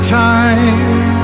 time